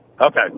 Okay